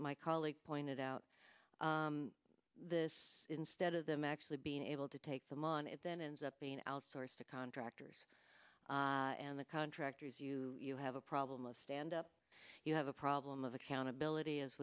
my colleague pointed out this instead of them actually being able to take them on and then ends up being outsourced to contractors and the contractors you you have a problem of stand up you have a problem of accountability as